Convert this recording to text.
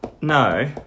No